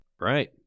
Right